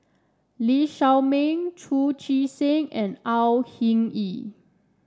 Lee Shao Meng Chu Chee Seng and Au Hing Yee